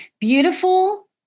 Beautiful